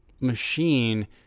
machine